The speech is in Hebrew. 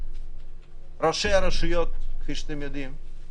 ראשי הרשויות כפי שאתם יודעים,